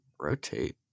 Rotate